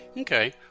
Okay